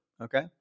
okay